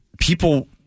People